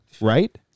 Right